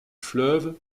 fleuve